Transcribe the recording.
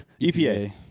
epa